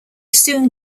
soon